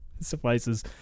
suffices